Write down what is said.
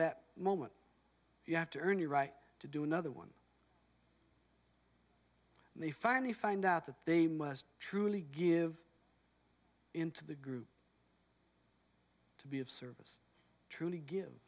that moment you have to earn the right to do another one and they finally find out that they must truly give into the group to be of service truly give